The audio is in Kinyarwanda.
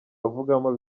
avugamo